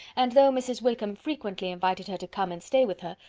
and though mrs. wickham frequently invited her to come and stay with her,